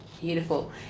beautiful